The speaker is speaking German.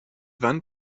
wand